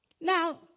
Now